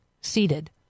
seated